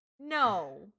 no